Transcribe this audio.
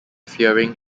fearing